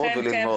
אכן, כן.